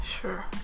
Sure